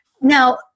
Now